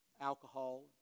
alcohol